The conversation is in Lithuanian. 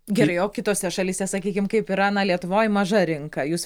gerai o kitose šalyse sakykim kaip yra na lietuvoj maža rinka jūs